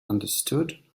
understood